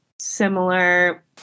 similar